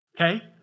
Okay